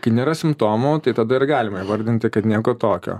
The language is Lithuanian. kai nėra simptomų tai tada ir galima įvardinti kad nieko tokio